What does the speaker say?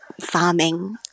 farming